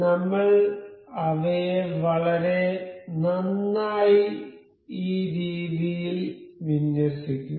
നമ്മൾ അവയെ വളരെ നന്നായി ഈ രീതിയിൽ വിന്യസിക്കും